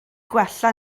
gwella